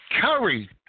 Curry